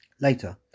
Later